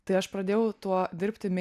tai aš pradėjau tuo dirbti